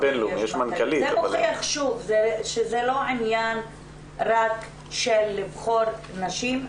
זה מוכיח שזה לא עניין רק של לבחור נשים,